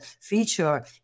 feature